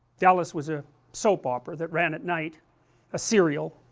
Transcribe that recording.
dallas was a soap opera that ran at night a serial,